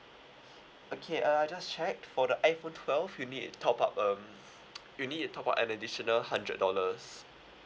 okay uh I just checked for the iphone twelve you need to top up um you need to top up an additional hundred dollars